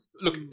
look